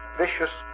vicious